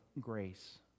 grace